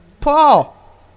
Paul